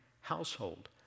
household